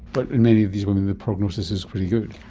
but in many of these women the prognosis is pretty good.